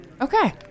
Okay